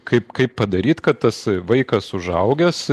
kaip kaip padaryt kad tas vaikas užaugęs